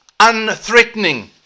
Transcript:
unthreatening